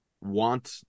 want